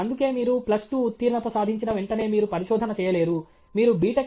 అందుకే మీరు plus two ఉత్తీర్ణత సాధించిన వెంటనే మీరు పరిశోధన చేయలేరు మీరు B